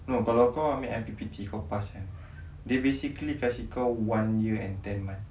no kalau kau ambil I_P_P_T kau pass kan they basically kasi kau one year and ten months